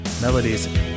melodies